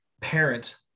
parent